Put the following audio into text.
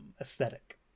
aesthetic